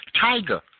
Tiger